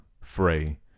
fray